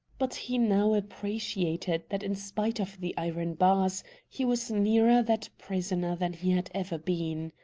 but he now appreciated that in spite of the iron bars he was nearer that prisoner than he had ever been.